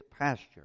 pasture